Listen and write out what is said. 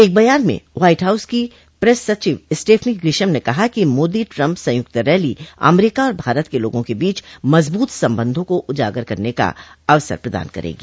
एक बयान में व्हाइट हाउस की प्रेस सचिव स्टेफनी ग्रीशम ने कहा कि मोदी ट्रम्प संयुक्त रैली अमरीका और भारत के लोगों के बीच मजबूत संबंधों को उजागर करने का अवसर प्रदान करेगी